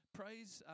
praise